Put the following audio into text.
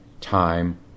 time